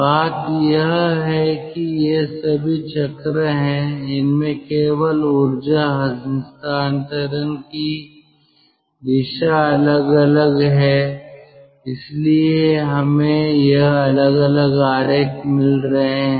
बात यह है कि यह सभी चक्र है इनमें केवल ऊर्जा हस्तांतरण की दिशा अलग अलग है इसलिए हमें यह अलग अलग आरेख मिल रहे हैं